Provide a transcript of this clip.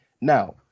Now